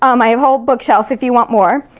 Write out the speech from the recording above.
um my whole bookshelf if you want more.